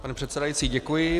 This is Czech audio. Pane předsedající, děkuji.